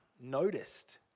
noticed